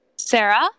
sarah